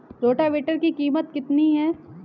Rotavator की कीमत कितनी है?